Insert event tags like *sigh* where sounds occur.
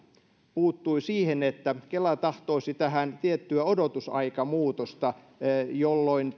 puuttui siihen että kela tahtoisi tähän tiettyä odotusaikamuutosta jolloin *unintelligible*